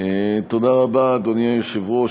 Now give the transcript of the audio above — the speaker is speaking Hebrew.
אדוני היושב-ראש,